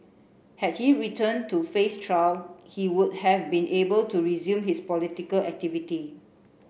had he returned to face trial he would have been able to resume his political activity